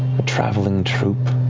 a traveling troupe